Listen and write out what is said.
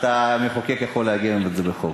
המחוקק יכול לעגן את זה בחוק.